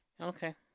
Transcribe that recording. Okay